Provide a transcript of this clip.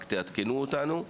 רק תעדכנו אותנו,